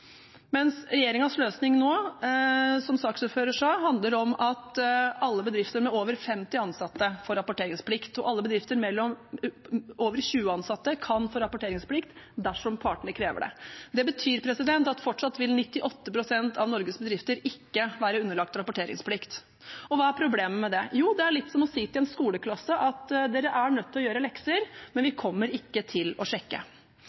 mens regjeringens løsning nå handler om, som saksordføreren sa, at alle bedrifter med over 50 ansatte får rapporteringsplikt. Alle bedrifter med over 20 ansatte kan få rapporteringsplikt dersom partene krever det. Det betyr at fortsatt vil 98 pst. av Norges bedrifter ikke være underlagt rapporteringsplikt. Hva er problemet med det? Jo, det er litt som å si til en skoleklasse at dere er nødt til å gjøre lekser, men vi kommer ikke til å sjekke.